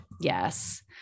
Yes